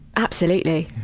absolutely.